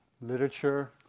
literature